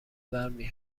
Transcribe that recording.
برمی